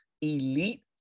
elite